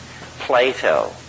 Plato